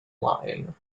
line